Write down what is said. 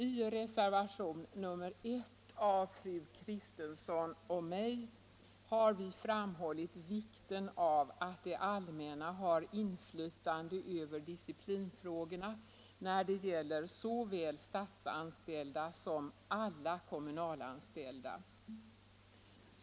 I reservationen 1 av fru Kristensson och mig har vi framhållit vikten av att det allmänna har inflytande över disciplinfrågorna när det gäller såväl statsanställda som alla kommunalanställda.